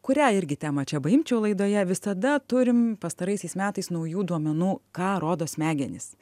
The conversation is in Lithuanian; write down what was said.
kurią irgi temą čia paimčiau laidoje visada turim pastaraisiais metais naujų duomenų ką rodo smegenys